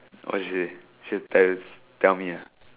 what she say she dares tell me ah